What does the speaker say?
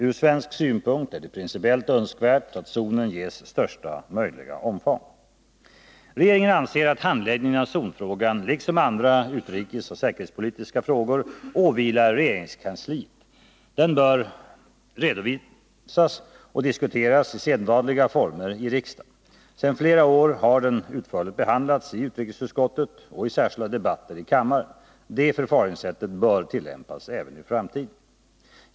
Ur svensk synpunkt är det principiellt önskvärt att zonen ges största möjliga omfång. Regeringen anser att handläggningen av zonfrågan, liksom av andra utrikesoch säkerhetspolitiska frågor, åvilar regeringskansliet. Den bör redovisas och diskuteras i sedvanliga former i riksdagen. Sedan flera år tillbaka har den utförligt behandlats i utrikesutskottet och i särskilda debatter i kammaren. Detta förfaringssätt bör tillämpas även i framtiden.